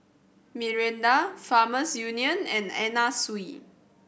Mirinda Farmers Union and Anna Sui